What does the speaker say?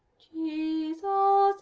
jesus,